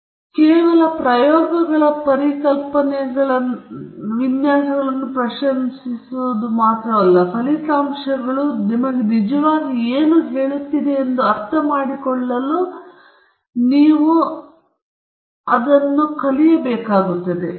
ಕೇವಲ ನಂತರ ನಾವು ಪ್ರಯೋಗಗಳ ಪರಿಕಲ್ಪನೆಗಳ ವಿನ್ಯಾಸವನ್ನು ಪ್ರಶಂಸಿಸುತ್ತೇವೆ ಮತ್ತು ಫಲಿತಾಂಶಗಳು ನಿಜವಾಗಿ ನಮಗೆ ಹೇಳುತ್ತಿರುವುದನ್ನು ಅರ್ಥಮಾಡಿಕೊಳ್ಳಲು ಸಾಧ್ಯವಾಗುತ್ತದೆ